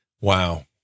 Wow